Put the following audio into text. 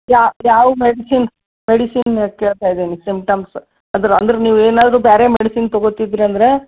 ಯಾ ಯಾವ medicine medicine ಕೇಳ್ತಾ ಇದ್ದೀನಿ ಸಿಮ್ಟಮ್ಸ್ ಅದ್ರ ಅಂದ್ರೆ ನೀವು ಏನಾದರೂ ಬೇರೆ ಮೆಡಿಸಿನ್ ತೊಗೋತಿದ್ರಿ ಅಂದರೆ